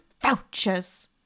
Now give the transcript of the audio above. vouchers